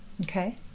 Okay